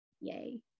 Yay